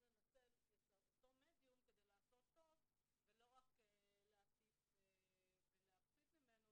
לנצל את אותו מדיום כדי לעשות טוב ולא רק להטיף ולהפחית ממנו,